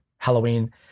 Halloween